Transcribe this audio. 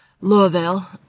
louisville